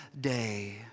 day